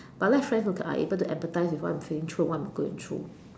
but I like friends who are able to empathize with what I'm saying through what I'm going through